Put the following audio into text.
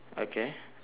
okay